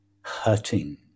hurting